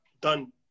done